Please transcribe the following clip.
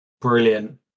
Brilliant